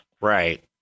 Right